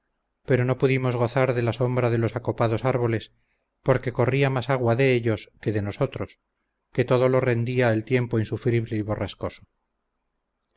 pero no pudimos gozar de la sombra de los acopados árboles porque corría más agua de ellos que de nosotros que todo lo rendía el tiempo insufrible y